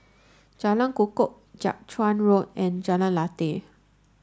Jalan Kukoh Jiak Chuan Road and Jalan Lateh